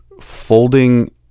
folding